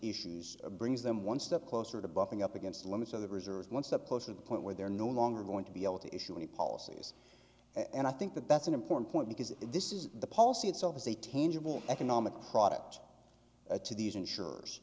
issues brings them one step closer to bumping up against the limits of the reserves one step closer to the point where they're no longer going to be able to issue any policies and i think that that's an important point because this is the policy itself is a tangible economic product to these insurers